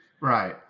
right